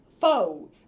foe